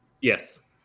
Yes